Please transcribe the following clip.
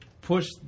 push